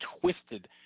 twisted